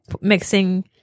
mixing